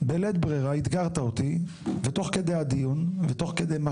בלית ברירה אתגרת אותי ותוך כדי הדיון ותוך כדי מה